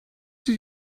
did